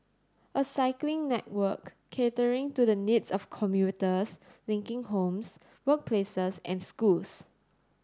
a cycling network catering to the needs of commuters linking homes workplaces and schools